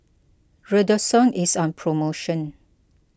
Redoxon is on promotion